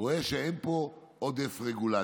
רואה שאין פה עודף רגולציה.